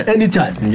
Anytime